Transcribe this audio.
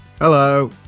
hello